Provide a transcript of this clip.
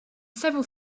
several